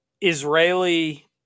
Israeli